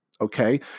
okay